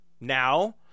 Now